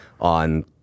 on